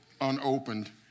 unopened